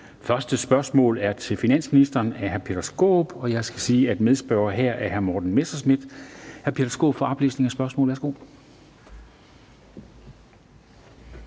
første spørgsmål er til finansministeren af hr. Peter Skaarup, og jeg skal sige, at medspørgeren her er hr. Morten Messerschmidt. Kl. 13:00 Spm. nr.